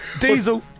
Diesel